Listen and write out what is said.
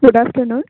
good afternoon